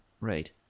right